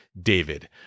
David